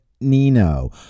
Nino